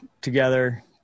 together